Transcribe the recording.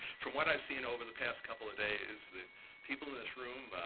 from what i've seen over the past couple of days the people in this room,